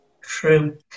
True